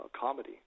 comedy